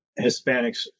Hispanics